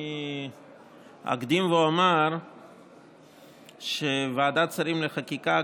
אני אקדים ואומר שוועדת השרים לענייני חקיקה,